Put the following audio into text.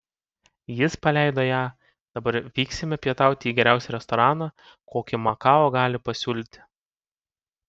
jis paleido ją dabar vyksime pietauti į geriausią restoraną kokį makao gali pasiūlyti